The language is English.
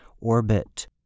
orbit